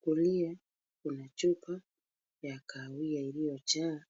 Kulia kuna chupa ya kahawia iliyojaa.